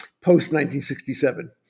post-1967